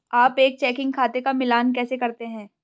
आप एक चेकिंग खाते का मिलान कैसे करते हैं?